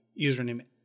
username